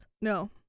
no